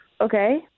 Okay